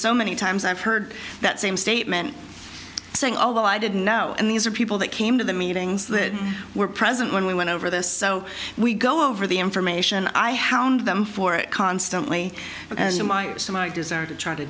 so many times i've heard that same statement saying although i did now and these are people that came to the meetings that were present when we went over this so we go over the information i hound them for it constantly to my desire to try to